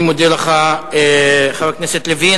אני מודה לך, חבר הכנסת לוין.